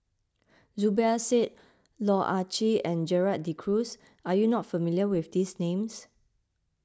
Zubir Said Loh Ah Chee and Gerald De Cruz are you not familiar with these names